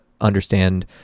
understand